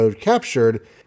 captured